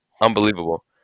unbelievable